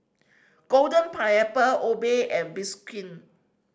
Golden Pineapple Obey and Bioskin